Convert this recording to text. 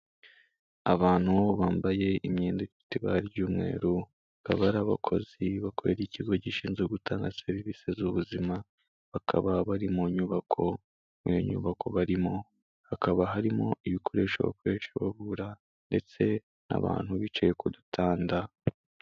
Abantu bambaye imyenda ifite ibara ry'umweru bakaba ari abakozi bakorera ikigo gishinzwe gutanga serivisi z'ubuzima, bakaba bari mu nyubako muri iyo nyubako barimo hakaba harimo ibikoresho bakoresha bavura ndetse n'abantu bicaye ku dutanda.